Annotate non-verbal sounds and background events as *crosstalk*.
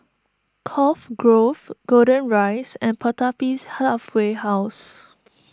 Cove Grove Golden Rise and Pertapis Halfway House *noise*